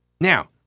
Now